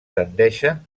tendeixen